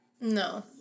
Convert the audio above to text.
No